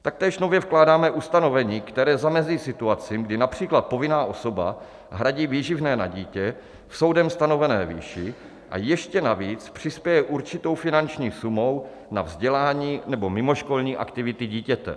Taktéž nově vkládáme ustanovení, které zamezí situacím, kdy například povinná osoba hradí výživné na dítě v soudem stanovené výši a ještě navíc přispěje určitou finanční sumou na vzdělání nebo mimoškolní aktivity dítěte.